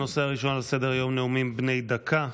הנושא הראשון על סדר-היום: נאומים בני דקה.